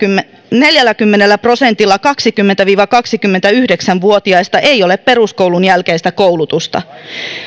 neljälläkymmenellä prosentilla kaksikymmentä viiva kaksikymmentäyhdeksän vuotiaista ei ole peruskoulun jälkeistä koulutusta